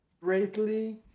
greatly